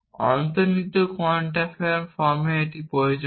অন্তর্নিহিত কোয়ান্টিফায়ার ফর্মে প্রয়োজনীয়